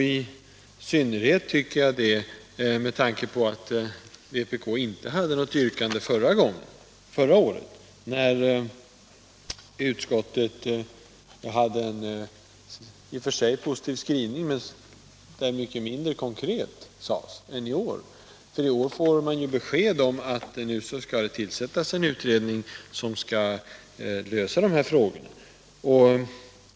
I synnerhet tycker jag det med tanke på att vpk inte kom med något yrkande förra året, när utskottet hade en i och för sig positiv skrivning, men då mycket mindre konkret sades än i år. I år får vi besked om att en utredning skall tillsättas som skall lösa dessa problem.